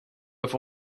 have